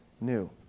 new